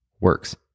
works